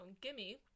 Gimme